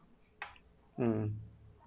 um